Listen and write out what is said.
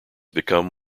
become